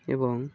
এবং